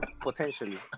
Potentially